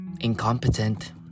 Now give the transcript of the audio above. incompetent